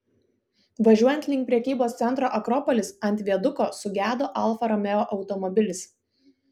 važiuojant link prekybos centro akropolis ant viaduko sugedo alfa romeo automobilis